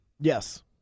Yes